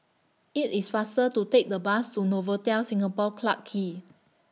IT IS faster to Take The Bus to Novotel Singapore Clarke Quay